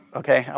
okay